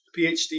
PhD